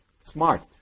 Smart